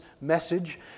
message